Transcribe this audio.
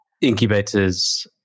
incubators